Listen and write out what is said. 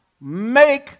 Make